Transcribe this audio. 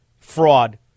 fraud